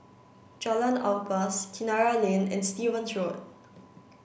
Jalan Ampas Kinara Lane and Stevens Road